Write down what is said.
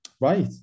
right